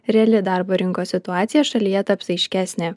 reali darbo rinkos situacija šalyje taps aiškesnė